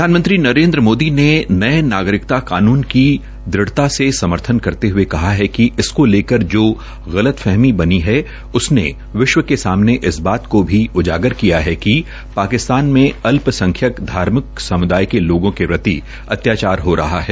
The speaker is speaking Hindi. प्रधानमंत्री नरेन्द्र मोदी ने नये नागरिकता कानून की दृढ़ता से समर्थन करते हये कहा है कि इसको लेकर गलतफहमी बनी है उसने विश्व के सामने इस बात को भी उजागर किया है कि पाकिस्तान में अल्पसंख्यक धार्मिक समुदाय के लोगों के प्रति अत्याचार हो रहा है